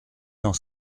cent